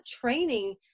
training